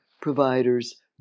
providers